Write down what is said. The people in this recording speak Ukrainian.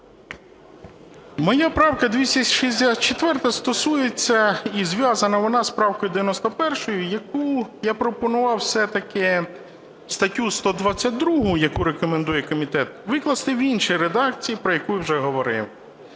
Моя правка 264 стосується і зв'язана вона з правкою 91, якою я пропонував все-таки статтю 122, яку рекомендує комітет, викласти в іншій редакції, про яку я вже говорив,